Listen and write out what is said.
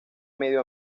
medio